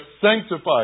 sanctified